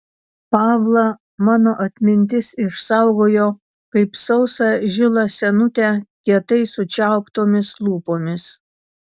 pavlą mano atmintis išsaugojo kaip sausą žilą senutę kietai sučiauptomis lūpomis